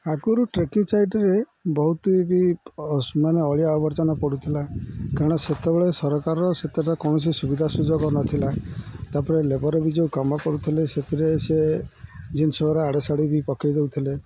ଆଗୁରୁ ଟ୍ରେକିଂ ସାଇଟ୍ରେ ବହୁତ ବି ଅସ୍ ମାନେ ଅଳିଆ ଆବର୍ଜନା ପଡ଼ୁଥିଲା କାରଣ ସେତେବେଳେ ସରକାର ସେତେଟା କୌଣସି ସୁବିଧା ସୁଯୋଗ ନଥିଲା ତା'ପରେ ଲେବର୍ ବି ଯେଉଁ କାମ କରୁଥିଲେ ସେଥିରେ ସେ ଜିନିଷ ଗୁଡ଼ା ଆଡ଼େସାଡ଼େ ବି ପକାଇ ଦଉଥିଲେ